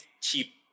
cheap